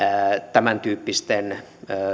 tämäntyyppisten